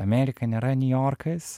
amerika nėra niujorkas